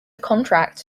contract